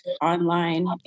online